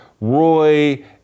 Roy